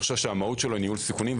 המהות שלו היא ניהול סיכונים.